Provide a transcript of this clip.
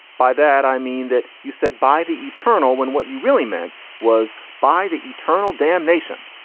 by that i mean that you said by the eternal when what you really meant was by the eternal damnation.